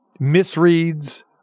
Misreads